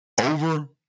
over